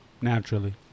naturally